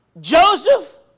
Joseph